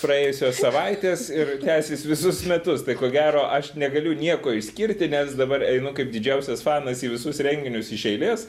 praėjusios savaitės ir tęsis visus metus tai ko gero aš negaliu nieko išskirti nes dabar einu kaip didžiausias fanas į visus renginius iš eilės